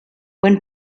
when